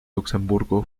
luxemburgo